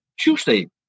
Tuesday